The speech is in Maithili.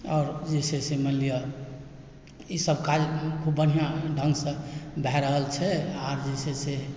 आओर जे छै से मानि लिअ ईसभ काज खूब बढ़िआँ ढ़ंगसँ भए रहल छै आर जे छै से